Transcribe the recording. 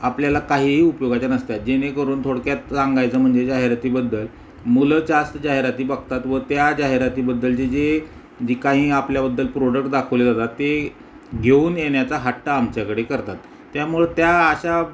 आपल्याला काहीही उपयोगाच्या नसतात जेणेकरून थोडक्यात सांगायचं म्हणजे जाहिरातीबद्दल मुलं जास्त जाहिराती बघतात व त्या जाहिरातीबद्दल जे जे जी काही आपल्याबद्दल प्रोडक्ट दाखवले जातात ते घेऊन येण्याचा हट्टा आमच्याकडे करतात त्यामुळे त्या अशा